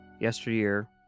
Yesteryear